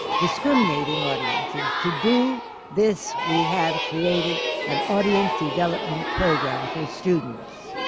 discriminating audiences. to do this, we have created an audience development program for students.